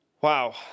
Wow